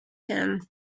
him